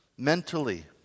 Mentally